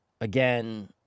again